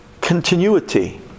Continuity